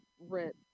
rent